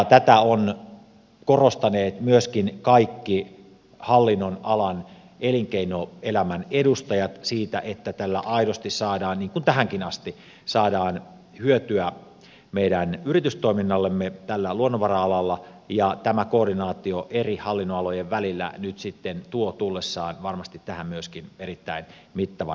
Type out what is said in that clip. tätä ovat korostaneet myöskin kaikki hallinnonalan elinkeinoelämän edustajat että tällä aidosti saadaan niin kuin tähänkin asti hyötyä meidän yritystoiminnallemme tällä luonnonvara alalla ja tämä koordinaatio eri hallinnonalojen välillä nyt sitten tuo tullessaan varmasti tähän myöskin erittäin mittavan lisänsä